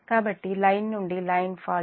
కాబట్టి లైన్ నుండి line fault